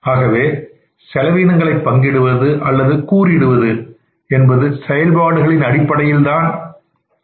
ஆகவே செலவீனங்களை பங்கிடுவது அல்லது கூறிடுவது என்பது செயல்பாடுகளின் அடிப்படையில் இந்த விகிதாச்சாரத்தில் அமைந்திருக்க வேண்டும் என்பதை கருத்தில் கொள்வோமாக